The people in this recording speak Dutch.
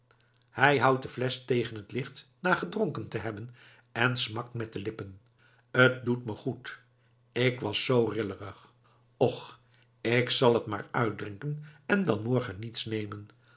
hij houdt de flesch tegen het licht na gedronken te hebben en smakt met de lippen t doet me goed k was zoo rillerig och k zal t maar uitdrinken en dan morgen niets nemen